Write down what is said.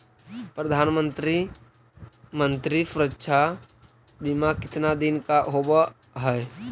प्रधानमंत्री मंत्री सुरक्षा बिमा कितना दिन का होबय है?